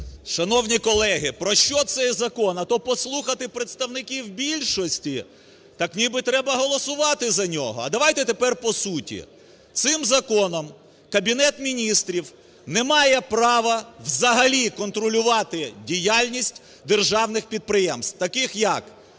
Шановні колеги! Про що цей закон? А то послухати представників більшості, так ніби треба голосувати за нього. А давайте тепер по суті. Цим законом Кабінет Міністрів не має права взагалі контролювати діяльність державних підприємств, таких як